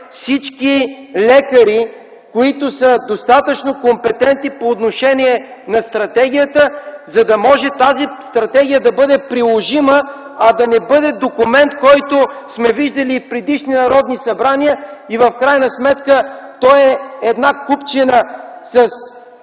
всички лекари, които са достатъчно компетентни по отношение на стратегията, за да може тази стратегия да бъде приложима, а да не бъде документ, който сме виждали и предишни народни събрания. В крайна сметка той е една купчина с